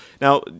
Now